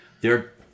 they're-